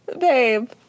Babe